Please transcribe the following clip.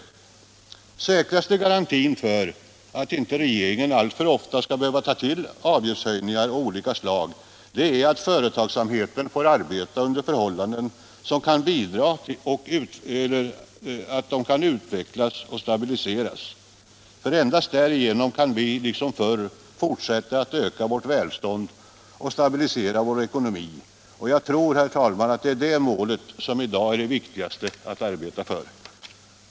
Den säkraste garantin för att regeringen inte alltför ofta skall behöva ta till avgiftshöjningar av olika slag är att företagsamheten får arbeta under sådana förhållanden att den kan utvecklas och stabiliseras. Endast därigenom kan vi fortsätta att öka vårt välstånd och stabilisera vår ekonomi. Jag tror, herr talman, att det målet i dag är det viktigaste att arbeta för.